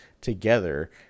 together